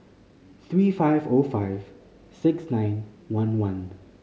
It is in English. three five O five six nine one one